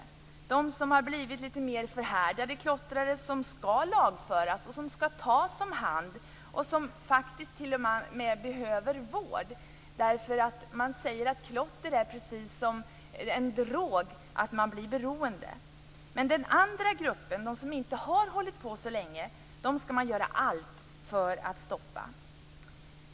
Den ena är de som har blivit lite mer förhärdade klottrare som skall lagföras och tas om hand och som faktiskt t.o.m. behöver vård, därför att man säger att klotter är precis som en drog; man blir beroende. Den andra gruppen, de som inte har hållit på så länge, skall man göra allt för att stoppa.